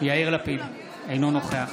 יאיר לפיד, אינו נוכח